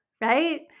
right